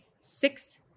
six